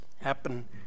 happen